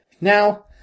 Now